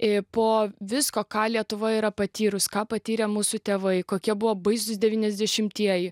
ir po visko ką lietuva yra patyrus ką patyrė mūsų tėvai kokie buvo baisūs devyniasdešimtieji